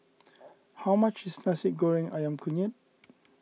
how much is Nasi Goreng Ayam Kunyit